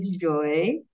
joy